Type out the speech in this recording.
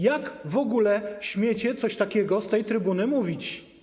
Jak w ogóle śmiecie coś takiego z tej trybuny mówić?